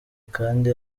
kandi